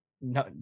no